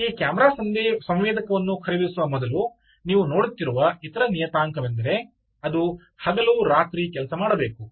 ಈ ಕ್ಯಾಮೆರಾ ಸಂವೇದಕವನ್ನು ಖರೀದಿಸುವ ಮೊದಲು ನೀವು ನೋಡುತ್ತಿರುವ ಇತರ ನಿಯತಾಂಕವೆಂದರೆ ಅದು ಹಗಲು ರಾತ್ರಿ ಕೆಲಸ ಮಾಡಬೇಕು